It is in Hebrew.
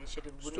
של ארגונים.